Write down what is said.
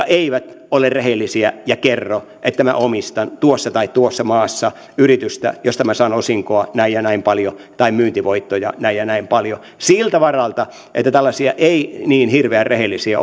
eivät ole rehellisiä ja kerro että minä omistan tuossa tai tuossa maassa yritystä josta saan osinkoa näin ja näin paljon tai myyntivoittoja näin ja näin paljon siltä varalta että tällaisia ei niin hirveän rehellisiä